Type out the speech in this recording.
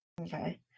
Okay